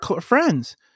friends